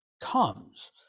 comes